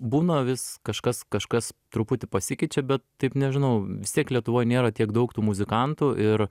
būna vis kažkas kažkas truputį pasikeičia bet taip nežinau vis tiek lietuvoj nėra tiek daug tų muzikantų ir